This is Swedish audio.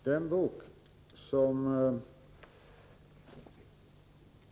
Fru talman!